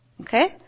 Okay